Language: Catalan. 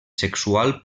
sexual